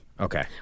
Okay